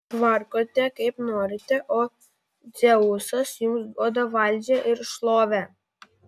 tvarkote kaip norite o dzeusas jums duoda valdžią ir šlovę